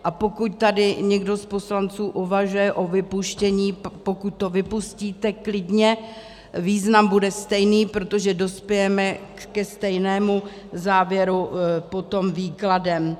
A pokud tady někdo z poslanců uvažuje o vypuštění, pokud to vypustíte, klidně, význam bude stejný, protože dospějeme ke stejnému závěru potom výkladem.